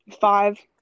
five